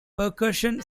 percussion